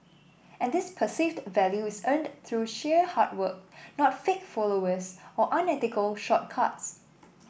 and this perceived value is earned through sheer hard work not fake followers or unethical shortcuts